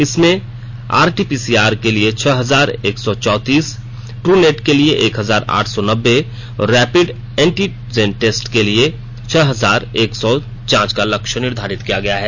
इसमें आरटीपीसीआर के लिए छह हजार एक सौ चौतीस ट्रू नेट के लिए एक हजार आठ सौ नब्बे और रैपिड एनटी जेन टेस्ट के लिए छह हजार एक सौ जांच का लक्ष्य निर्धारित किया गया है